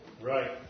Right